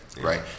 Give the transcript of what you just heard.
Right